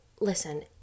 Listen